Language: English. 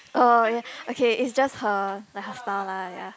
oh ya okay it's just her like her style lah ya